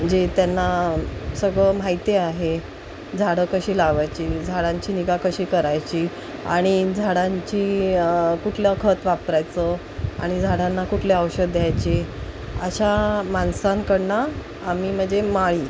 जे त्यांना सगळं माहिती आहे झाडं कशी लावायची झाडांची निगा कशी करायची आणि झाडांची कुठलं खत वापरायचं आणि झाडांना कुठले औषध द्यायची अशा माणसांकडून आम्ही म्हणजे माळी